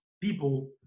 people